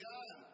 God